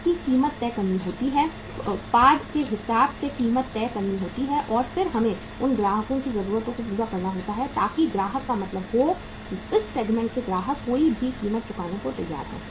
इसकी कीमत तय करनी होती है उत्पाद के हिसाब से कीमत तय करनी होती है और फिर हमें उन ग्राहकों की जरूरतों को पूरा करना होता है ताकि ग्राहक का मतलब हो इस सेगमेंट में ग्राहक कोई भी कीमत चुकाने को तैयार है